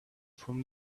from